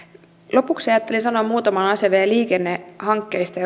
lopuksi ajattelin sanoa muutaman asian vielä liikennehankkeista